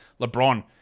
LeBron